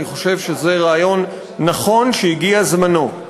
אני חושב שזה רעיון נכון שהגיע זמנו.